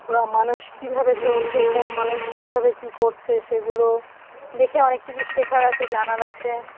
বা মানুষ কীভাবে চলছে কোন মানুষ কীভাবে কী করছে সেগুলো দেখে অনেক কিছু শেখার আছে জানার আছে